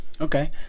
okay